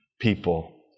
people